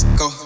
go